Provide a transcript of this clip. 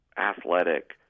athletic